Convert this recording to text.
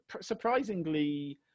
surprisingly